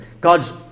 God's